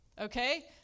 okay